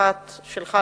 אחת שלך,